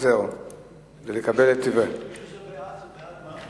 מי שזה בעד, בעד מה?